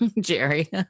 Jerry